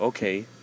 Okay